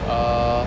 ah